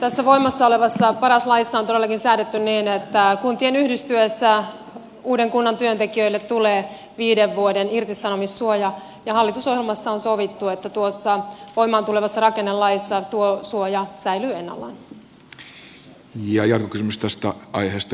tässä voimassa olevassa paras laissa on todellakin säädetty niin että kuntien yhdistyessä uuden kunnan työntekijöille tulee viiden vuoden irtisanomissuoja ja hallitusohjelmassa on sovittu että tuossa voimaan tulevassa rakennelaissa tuo suoja säilyy ennallaan